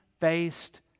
faced